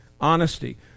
Honesty